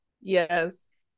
yes